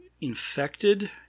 infected